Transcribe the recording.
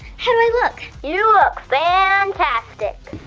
how do i look? you look fantastic!